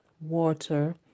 water